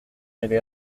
mêlé